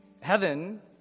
Heaven